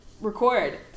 record